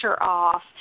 off